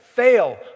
fail